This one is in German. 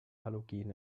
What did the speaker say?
halogene